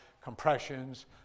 compressions